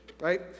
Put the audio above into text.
Right